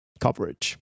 coverage